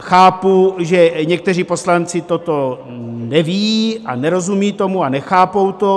Chápu, že někteří poslanci toto nevědí, nerozumí tomu a nechápou to.